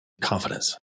confidence